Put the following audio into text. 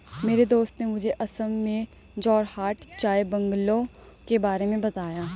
मेरे दोस्त ने मुझे असम में जोरहाट चाय बंगलों के बारे में बताया